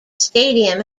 stadium